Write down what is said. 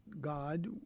God